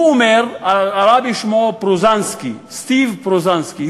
הרבי שמו פרוזנסקי, סטיב פרוזנסקי.